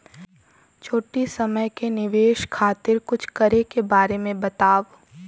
छोटी समय के निवेश खातिर कुछ करे के बारे मे बताव?